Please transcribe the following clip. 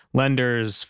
lenders